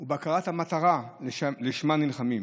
ובהכרת המטרה שלשמה נלחמים.